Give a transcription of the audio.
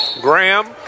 Graham